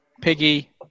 piggy